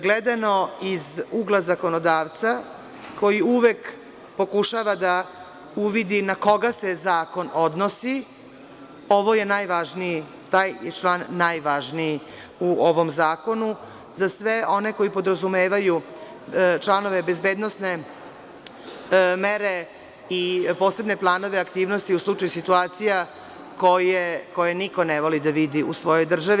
Gledano iz ugla zakonodavca koji uvek pokušava da uvidi na koga se zakon odnosi ovo je taj član najvažniji u ovom zakonu, za sve one koji podrazumevaju članove bezbednosne mere i posebne planove aktivnosti u slučaju situacija koje niko ne voli da vidi u svojoj državi.